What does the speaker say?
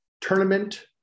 tournament